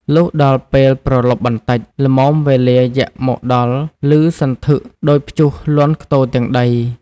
លុះដល់ពេលព្រលប់បន្តិច ល្មមវេលាយក្សមកដល់ព្ទសន្ធឹកដូចព្យុះលាន់ខ្ទរទាំងដី។